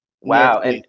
Wow